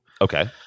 Okay